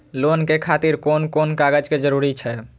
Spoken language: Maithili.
लोन के खातिर कोन कोन कागज के जरूरी छै?